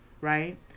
right